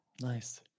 Nice